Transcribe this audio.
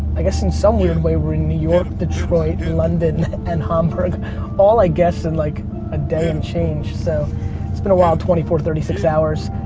i guess in some weird way we're in new york, detroit, london and hamburg all i guess in like a day and change. so it's been a wild twenty four, thirty six hours.